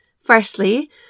Firstly